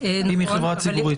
אם היא חברה ציבורית.